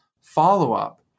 follow-up